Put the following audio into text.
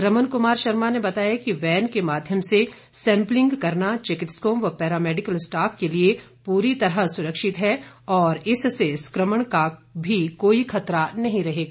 रमन कुमार शर्मा ने बताया कि वैन के माध्यम से सैंपलिंग करना चिकित्सकों व पैरा मैडिकल स्टॉफ के लिए पूरी तरह सुरक्षित है और इससे संक्रमण का भी कोई खतरा नहीं रहेगा